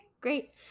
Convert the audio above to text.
great